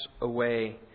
away